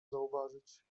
zauważyć